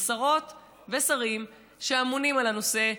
ושרות ושרים שאמונים על הנושא,